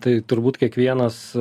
tai turbūt kiekvienas